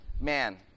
man